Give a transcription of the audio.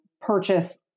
purchase